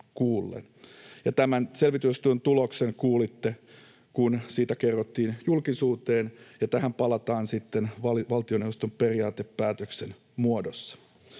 Tämän selvitystyön tuloksen kuulitte, kun siitä kerrottiin julkisuuteen, ja tähän palataan sitten valtioneuvoston periaatepäätöksen muodossa.